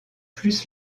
plus